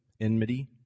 enmity